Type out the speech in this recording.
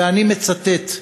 ואני מצטט: